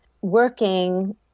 working